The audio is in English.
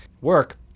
work